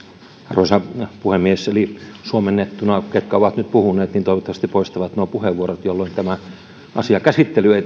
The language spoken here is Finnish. arvoisa puhemies eli suomennettuna ne ketkä ovat nyt puhuneet toivottavasti poistavat nuo puheenvuoropyynnöt jolloin tämän asian käsittely ei